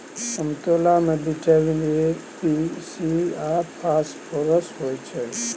समतोला मे vitamin A, B, C आ फास्फोरस होइ छै